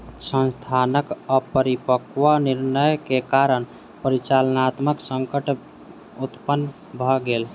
संस्थानक अपरिपक्व निर्णय के कारण परिचालनात्मक संकट उत्पन्न भ गेल